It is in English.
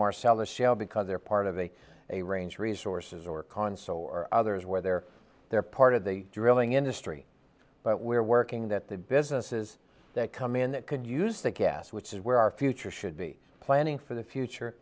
marcellus shale because they're part of a a range resources or console or others where they're they're part of the drilling industry but we're working that the businesses that come in that could use that gas which is where our future should be planning for the future